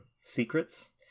secrets